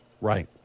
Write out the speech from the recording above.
Right